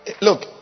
look